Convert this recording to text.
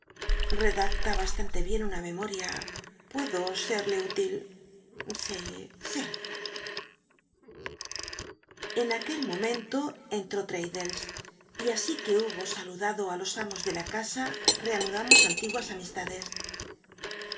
edncta bastante bien una memoria puedo scl'lc úti l si si en aquel momento en traddlcs y así que hubo saludado ü los amos ele la casa reanudamos antiguas amistades